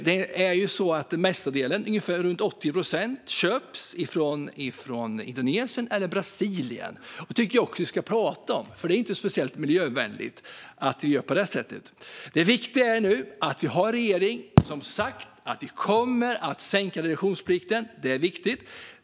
Det mesta, ungefär 80 procent, köps från Indonesien eller Brasilien. Det tycker jag också att vi ska prata om, för det är inte speciellt miljövänligt att vi gör på det sättet. Det viktiga är nu att vi har en regering som har sagt: Vi kommer att sänka reduktionsplikten. Det är viktigt.